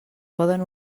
poden